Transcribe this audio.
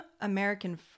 American